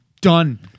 Done